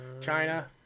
China